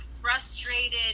frustrated